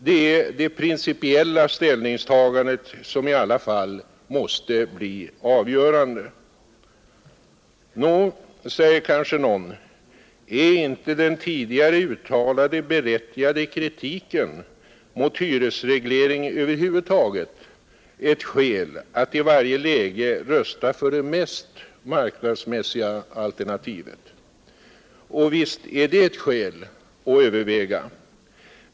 Det är det principiella ställningstagandet som i alla fall måste bli avgörande. Nå — säger kanske någon — är inte den tidigare uttalade, berättigade kritiken mot hyresreglering över huvud taget ett skäl att i varje läge rösta för det mest ”marknadsmässiga” alternativet? Och visst är det ett skäl att överväga.